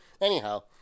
Anyhow